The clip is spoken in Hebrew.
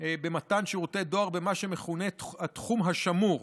במתן שירותי דואר במה שמכונה "התחום השמור",